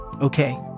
Okay